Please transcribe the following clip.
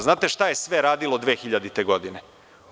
Znate šta je sve radilo 2000. godine.